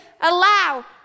allow